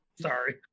sorry